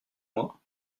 moi